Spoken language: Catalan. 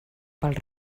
pels